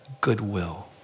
goodwill